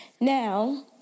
Now